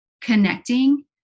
connecting